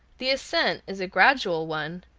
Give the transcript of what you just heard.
the ascent is a gradual one,